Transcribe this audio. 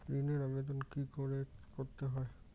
ঋণের আবেদন কি করে করতে হয়?